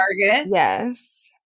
yes